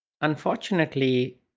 unfortunately